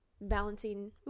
balancing